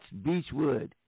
Beachwood